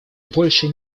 больше